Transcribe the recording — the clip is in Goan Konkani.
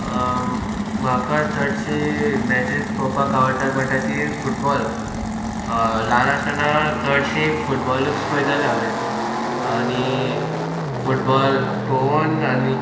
म्हाका चडशीं मॅचीस पळोवपाक आवडटा म्हणटा ती फुटबॉल ल्हान आसतना चडशीं फुटबॉलूच पळयतालें हांवें आनी फुटबॉल पळोवून आनी